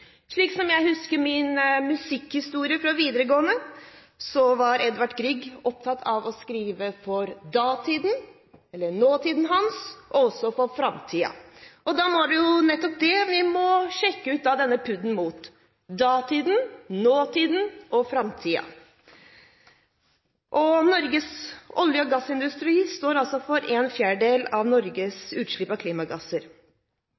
Slik jeg husker min musikkhistorie fra videregående, var Edvard Grieg opptatt av å skrive for datiden, eller nåtiden sin, og også for framtiden. Da er det nettopp det vi må sjekke ut denne PUD-en mot: datiden, nåtiden og framtiden. Norges olje- og gassindustri står for en fjerdedel av